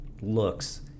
looks